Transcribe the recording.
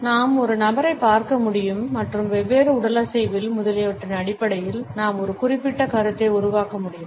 நாம் ஒரு நபரைப் பார்க்க முடியும் மற்றும் வெவ்வேறு உடலசைவியல் முதலியவற்றின் அடிப்படையில் நாம் ஒரு குறிப்பிட்ட கருத்தை உருவாக்க முடியும்